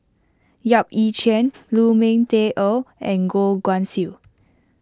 Yap Ee Chian Lu Ming Teh Earl and Goh Guan Siew